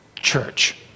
church